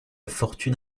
fortune